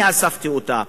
אני אספתי אותה.